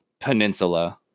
peninsula